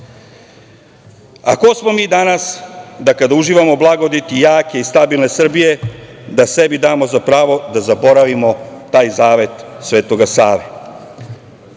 smo mi danas da, kada uživamo blagodeti jake i stabilne Srbije, sebi damo za pravo da zaboravimo taj zavet Svetoga Save? Svi